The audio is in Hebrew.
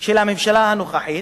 של הממשלה הנוכחית,